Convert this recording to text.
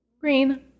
Green